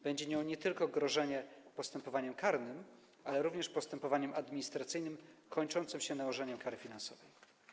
Będzie nią grożenie nie tylko postępowaniem karnym, ale również postępowaniem administracyjnym kończącym się nałożeniem kary finansowej.